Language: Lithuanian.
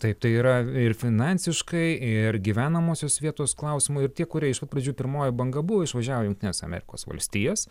taip tai yra ir finansiškai ir gyvenamosios vietos klausimu ir tie kurie iš pat pradžių pirmoji banga buvo išvažiavę į jungtines amerikos valstijas